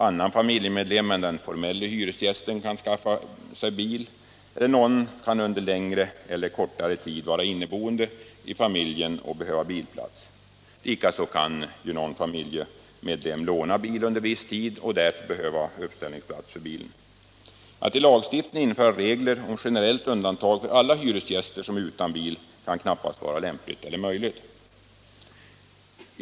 Annan familjemedlem än den formelle hyresgästen kan skaffa sig bil, någon som under längre eller kortare tid är inneboende i familjen kan behöva en bilplats. Likaså kan någon i familjen låna bil under viss tid och därför behöva ha en uppställningsplats för bilen. Att i lagstiftningen införa regler om generellt undantag för alla hyresgäster som är utan bil kan knappast vara lämpligt eller möjligt.